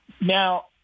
Now